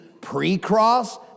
pre-cross